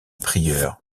prieur